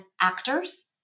actors